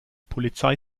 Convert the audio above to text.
polizei